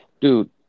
Dude